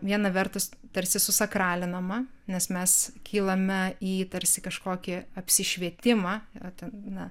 viena vertus tarsi susakralinama nes mes kylame į tarsi kažkokį apsišvietimą ar ten na